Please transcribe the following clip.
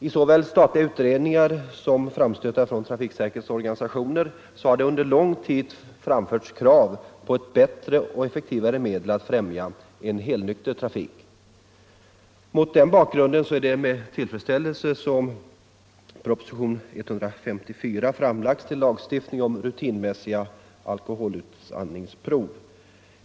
I såväl statliga utredningar som framstötar från trafiksäkerhetsorganisationer har det under lång tid framförts krav på ett bättre och effektivare medel att främja helnykter trafik. Mot den bakgrunden hälsas med tillfredsställelse propositionen 154, i vilken föreslås lag om försöksverksamhet med rutinmässiga alkoholutandningsprov.